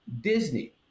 Disney